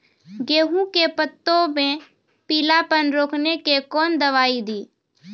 गेहूँ के पत्तों मे पीलापन रोकने के कौन दवाई दी?